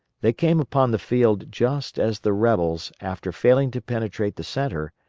they came upon the field just as the rebels, after failing to penetrate the centre,